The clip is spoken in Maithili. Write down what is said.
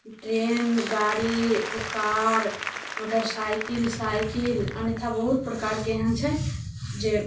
ट्रेन गाड़ी कार मोटरसाइकिल साइकिल अन्यथा बहुत प्रकारके एहन छै जे